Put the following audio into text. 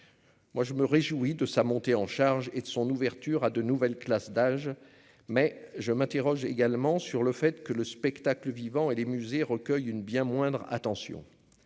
Moi je me réjouis de sa montée en charge et de son ouverture à de nouvelles classes d'âge, mais je m'interroge également sur le fait que le spectacle vivant et les musées recueille une bien moindre attention